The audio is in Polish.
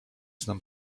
znam